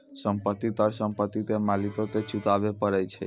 संपत्ति कर संपत्ति के मालिको के चुकाबै परै छै